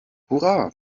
hurra